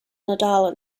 nadal